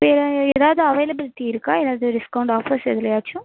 வேறு எதாவது அவைலபிளிட்டி இருக்கா எதாவது டிஸ்கவுண்ட் ஆஃபர்ஸ் எதிலயாச்சும்